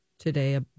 today